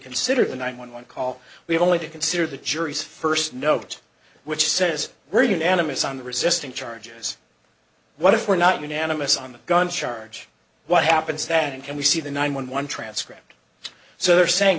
considered the nine one one call we have only to consider the jury's first note which says we're unanimous on the resisting charges what if we're not unanimous on the gun charge what happens that and can we see the nine one one transcript so they're saying